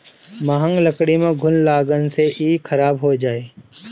महँग लकड़ी में घुन लगला से इ खराब हो जाई